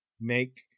make